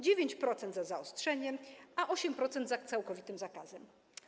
9% za zaostrzeniem, a 8% za całkowitym zakazem.